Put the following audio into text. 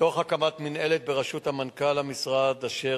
תוך הקמת מינהלת בראשות מנכ"ל המשרד אשר